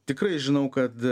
tikrai žinau kad